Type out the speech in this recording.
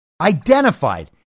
identified